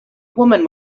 woman